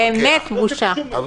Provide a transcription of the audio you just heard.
באמת בושה.